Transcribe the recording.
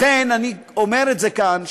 לכן אני אומר את זה כאן,